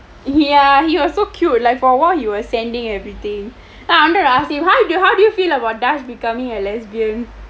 ya he was so cute like for a while he was sending everything then there was once I ask him how do you how do you feel about darsh becoming a lesbian